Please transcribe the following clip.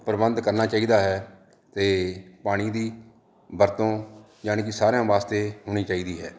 ਪ੍ਰਬੰਧ ਕਰਨਾ ਚਾਹੀਦਾ ਹੈ ਤੇ ਪਾਣੀ ਦੀ ਵਰਤੋਂ ਜਾਣੀ ਕੀ ਸਾਰਿਆਂ ਵਾਸਤੇ ਹੋਣੀ ਚਾਹੀਦੀ ਹੈ